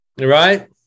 right